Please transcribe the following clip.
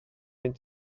mynd